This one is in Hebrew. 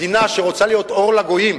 מדינה שרוצה להיות אור לגויים,